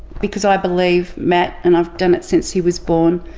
because i believe matt, and i've done it since he was born,